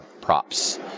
props